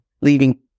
leaving